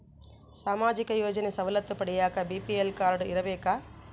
ಸಾಮಾಜಿಕ ಯೋಜನೆ ಸವಲತ್ತು ಪಡಿಯಾಕ ಬಿ.ಪಿ.ಎಲ್ ಕಾಡ್೯ ಇರಬೇಕಾ?